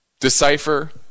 decipher